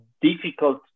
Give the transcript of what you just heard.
difficult